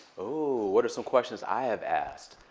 oh, what are some questions i have asked?